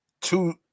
two